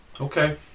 Okay